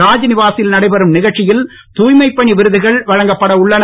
ராஜ்நிவாசில் நடைபெறும் நிகழ்ச்சியில் தூய்மைப்பணி விருதுகள் வழங்கப்பட உள்ளன